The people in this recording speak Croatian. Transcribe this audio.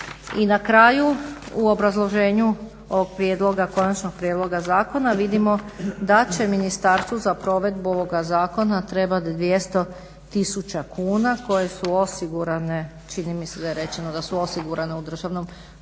I na kraju u obrazloženju ovog konačnog prijedloga zakona vidimo da će ministarstvu za provedbu ovoga zakona trebati 200 tisuća kuna koje su osigurane čini mi se da je rečeno da su osigurane u državnom proračunu.